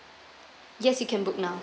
yes you can book now